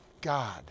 God